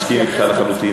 אני מסכים אתך לחלוטין,